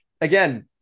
again